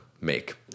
make